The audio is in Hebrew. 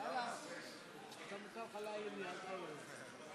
כנוסח הוועדה, כולל לוח התיקונים.